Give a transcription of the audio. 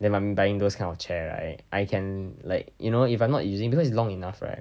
then mummy buying those kind of chair right I can like you know if I'm not using because it's long enough right